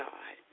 God